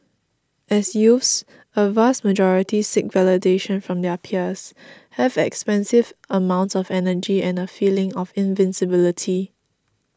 as youths a vast majority seek validation from their peers have expansive amounts of energy and a feeling of invincibility